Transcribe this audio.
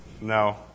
no